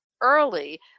early